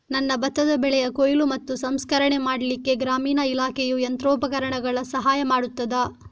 ನನ್ನ ಭತ್ತದ ಬೆಳೆಯ ಕೊಯ್ಲು ಮತ್ತು ಸಂಸ್ಕರಣೆ ಮಾಡಲಿಕ್ಕೆ ಗ್ರಾಮೀಣ ಇಲಾಖೆಯು ಯಂತ್ರೋಪಕರಣಗಳ ಸಹಾಯ ಮಾಡುತ್ತದಾ?